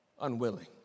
unwilling